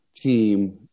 team